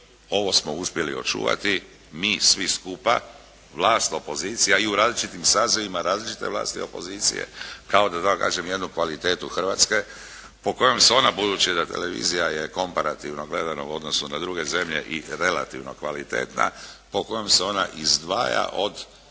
ovo smo uspjeli očuvati mi svi skupa, vlast, opozicija i u različitim sazivima različite vlasti i opozicije kao da tako kažem jednu kvalitetu Hrvatske po kojoj se ona budući da televizija je komparativno gledano u odnosu na druge zemlje i relativno kvalitetna. Po kojem se ona izdvaja od